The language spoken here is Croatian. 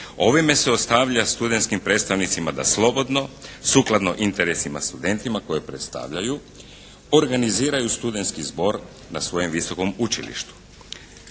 ovime se ostavlja studentskim predstavnicima da slobodno sukladno interesima studentima koje predstavljaju organiziraju studentski zbor na svojem visokom učilištu.